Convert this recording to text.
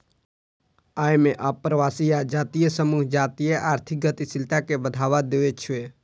अय मे अप्रवासी आ जातीय समूह जातीय आर्थिक गतिशीलता कें बढ़ावा दै छै